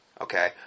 Okay